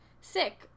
sick